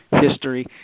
history